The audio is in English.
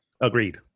Agreed